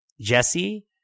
Jesse